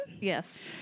Yes